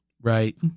Right